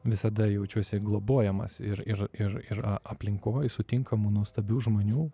visada jaučiuosi globojamas ir ir ir ir aplinkoje sutinkamų nuostabių žmonių